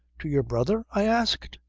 to your brother? i asked.